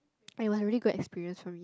but it was really good experience for me